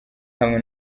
hamwe